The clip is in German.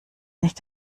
nicht